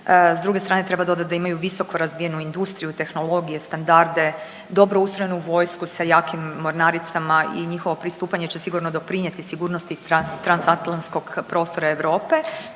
S druge strane treba dodati da imaju visoko razvijenu industriju, tehnologije, standarde, dobro ustrojenu vojsku sa jakim mornaricama i njihovo pristupanje će sigurno doprinijeti sigurnosti transatlanskog prostora Europe,